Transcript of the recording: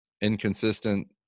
inconsistent